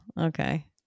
okay